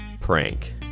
prank